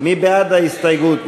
מי בעד ההסתייגות?